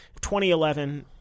2011